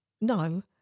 No